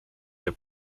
der